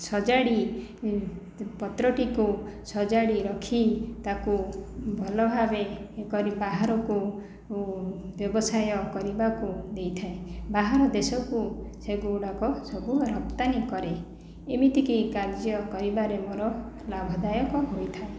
ସଜାଡ଼ି ପତ୍ରଟିକୁ ସଜାଡ଼ି ରଖି ତାକୁ ଭଲଭାବେ କରି ବାହାରକୁ ବ୍ୟବସାୟ କରିବାକୁ ଦେଇଥାଏ ବାହାର ଦେଶକୁ ସେଗୁଡ଼ାକ ସବୁ ରପ୍ତାନୀ କରେ ଏମିତିକି କାର୍ଯ୍ୟ କରିବାରେ ମୋର ଲାଭଦାୟକ ହୋଇଥାଏ